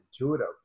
intuitive